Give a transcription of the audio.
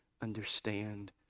understand